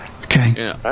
Okay